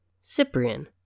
Cyprian